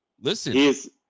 listen